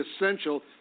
essential